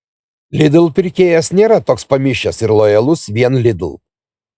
lidl pirkėjas nėra toks pamišęs ir lojalus vien lidl